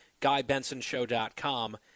GuyBensonShow.com